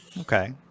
okay